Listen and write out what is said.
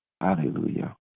Hallelujah